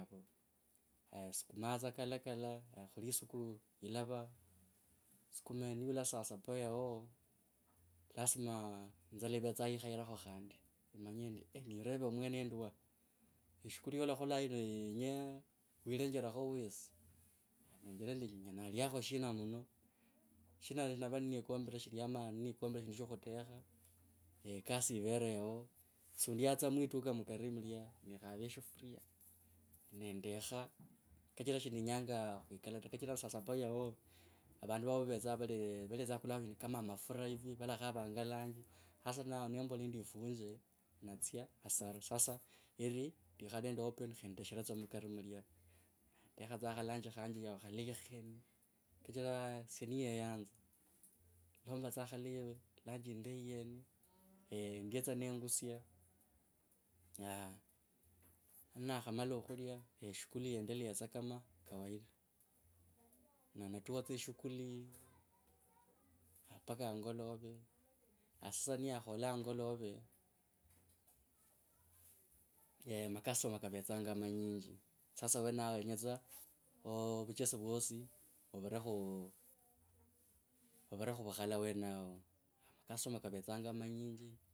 Haiya osukuma tsa kalaa olola khuli isiku ilava sukuma ni yula saa sapa yao, lazima inzala ivetsaa ikhairekha khandi, nemanya endi ndireva mwene endi waa shukulu yalakhola yino yenya wilenjerekho wesi. Nalenjera endi nyela naliakho shina mono. She ninava ninikombe shilya ama ninikombe khutekha ne kas yivere yao, sundia tsa mwituka mokari mulya nekhava shifuria nendekha. Kachira shinenyenga khwikala ta kachira saa saba yao avandu vao vetsa vali. Valetsanga khula kama mafura hivi, valakhavanga lunch hasa nembela endi efunje natsia hasara. Sasa heri ndikhale nende open khe ndeshre tsa mukari mulya. Ndekha tsa khalunch khanje yao khalayi khene shichira esye ndeyeyanza. lunch yindayi yene ndye tsa nengusya tsa kama kawaida. Na natua tsa eshukuli yendeleye tsa kama kawaida. Na natua tsa eshukhuli mpaka angolove haas, sasa niyakhola angolove wsh macustomer kavetsanga manyinji. Sasa awenao yenya tsa ovuchesi vwosi, vuvire khu vuvire khu vukhala awenao. Customer vavetsa vanyinji.